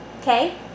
okay